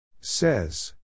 Says